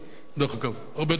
דרך אגב, הרבה יותר חזק.